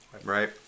Right